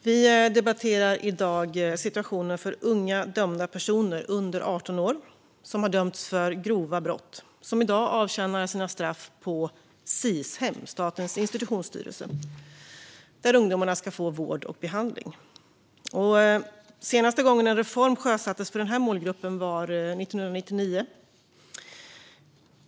Fru talman! Vi debatterar situationen för unga dömda, personer under 18 år som dömts för grova brott, som i dag avtjänar sina straff på Sis-hem - Statens institutionsstyrelses hem - där de ska få vård och behandling. Senaste gången en reform sjösattes för den här målgruppen var 1999.